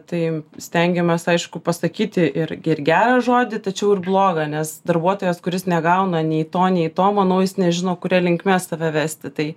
tai stengiamės aišku pasakyti ir ir gerą žodį tačiau ir blogą nes darbuotojas kuris negauna nei to nei to manau jis nežino kuria linkme save vesti tai